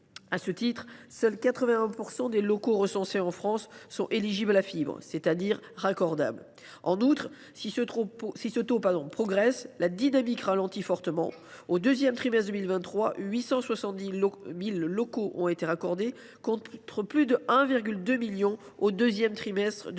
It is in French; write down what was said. À ce jour, seuls 81 % des locaux recensés en France sont éligibles à la fibre, c’est à dire raccordables. En outre, si ce taux progresse, la dynamique ralentit fortement : au deuxième trimestre 2023, 870 000 locaux ont été raccordés, contre plus de 1,2 million au deuxième trimestre 2022.